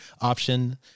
option